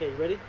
ready?